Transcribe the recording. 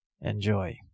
Enjoy